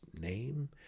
name